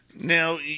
Now